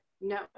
no